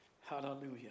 Hallelujah